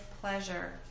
pleasure